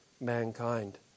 mankind